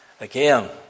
again